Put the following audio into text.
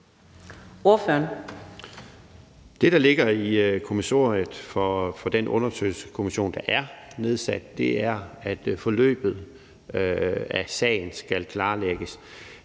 Det, der ligger i kommissoriet for den undersøgelseskommission, der er nedsat, er, at forløbet af sagen skal klarlægges.